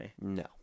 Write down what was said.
No